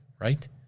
right